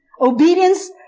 Obedience